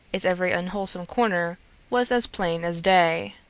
its every unwholesome corner was as plain as day.